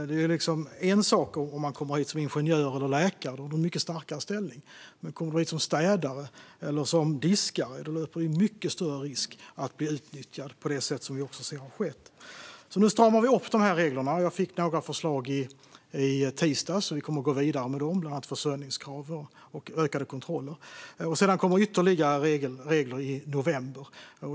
Det är en sak om man kommer hit som ingenjör eller läkare. Då har man en mycket starkare ställning. Kommer man hit som städare eller som diskare löper man mycket större risk att bli utnyttjad på det sätt som vi också ser har skett. Nu stramar vi upp de här reglerna. Jag fick några förslag i tisdags, och vi kommer att gå vidare med dem. De gäller bland annat försörjningskrav och ökade kontroller. Sedan kommer ytterligare regler i november.